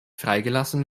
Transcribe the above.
freigelassen